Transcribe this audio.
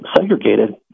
Segregated